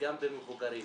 וגם במבוגרים.